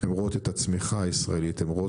הן רואות את הצמיחה הישראלית, הן רואות